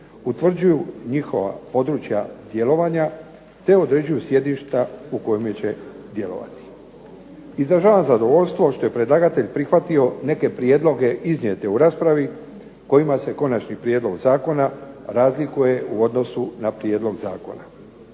Utvrđuju njihova područja djelovanja te određuju sjedišta u kojima će djelovati. Izražavam zadovoljstvo što je predlagatelj prihvatio neke prijedloge iznijete u raspravi kojima se Konačni prijedlog zakona razlikuje u odnosu na prijedlog zakona.